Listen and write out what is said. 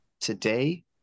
Today